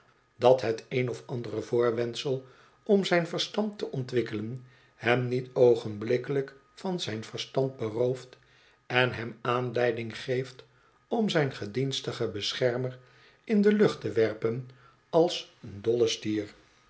dat het een of andere voorwendsel om zijn verstand te ontwikkelen hem niet oogenblik'kelijk van zijn verstand berooft en hem aanleiding geeft om zijn gedienstigen beschermer in de lucht te werpen als een dolle stier